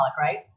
right